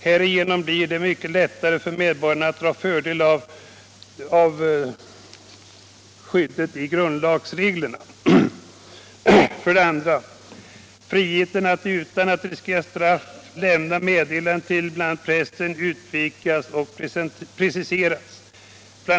Härigenom blir det mycket lättare för medborgarna att dra fördel av skyddet i dessa grundlagsregler. 2. Friheten att utan att riskera straff lämna meddelanden till bl.a. pressen utvidgas och preciseras. Bl.